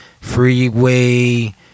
Freeway